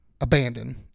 abandon